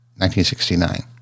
1969